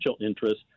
interests